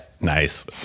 Nice